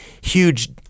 huge